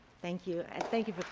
thank you and thank you for